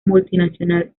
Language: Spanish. multinacional